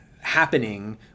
happening